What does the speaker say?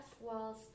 walls